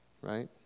Right